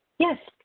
yes,